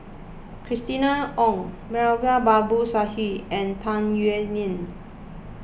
Christina Ong Moulavi Babu Sahib and Tung Yue Nang